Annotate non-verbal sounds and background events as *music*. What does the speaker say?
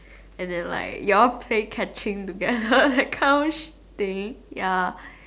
and then like y'all play catching together *noise* that kind of shit thing ya